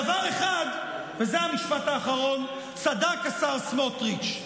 בדבר אחד, וזה המשפט האחרון, צדק השר סמוטריץ'.